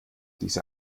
diese